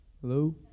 Hello